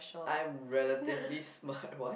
I'm relatively smart what